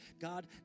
God